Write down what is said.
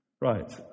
Right